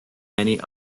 many